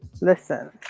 listen